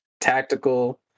tactical